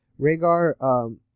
Rhaegar